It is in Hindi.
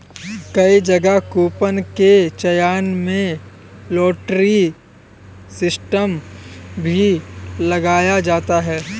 कई जगह कूपन के चयन में लॉटरी सिस्टम भी लगाया जाता है